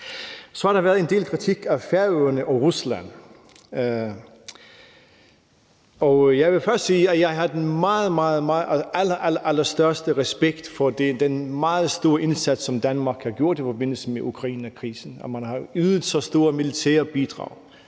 Så har der været en del kritik af forholdet mellem Færøerne og Rusland. Jeg vil først sige, at jeg har den allerallerstørste respekt for den meget store indsats, som Danmark har gjort i forbindelse med Ukrainekrisen – at man har ydet så store militære bidrag,